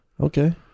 Okay